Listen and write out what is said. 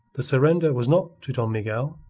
the surrender was not to don miguel,